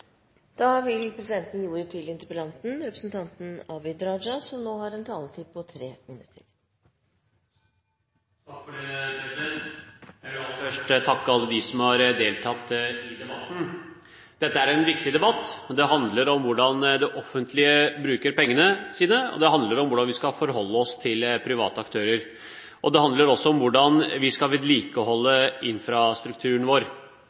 da vil han se at de ikke er organisert etter en privatiseringsmodell – i hvert fall hvis han ser på de landene som jeg mener lykkes best med den satsingen. Jeg vil aller først takke alle dem som har deltatt i debatten. Dette er en viktig debatt, for den handler om hvordan det offentlige bruker pengene sine, og den handler om hvordan vi skal forholde oss til private aktører. Det handler også om hvordan vi skal vedlikeholde infrastrukturen vår.